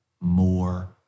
more